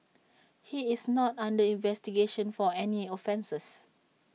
he is not under investigation for any offences